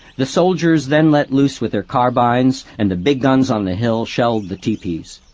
the soldiers then let loose with their carbines, and the big guns on the hill shelled the tepees.